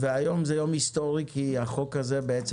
היום זה יום היסטורי כי החוק הזה בעצם